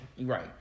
Right